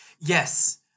Yes